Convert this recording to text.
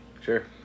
Sure